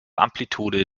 amplitude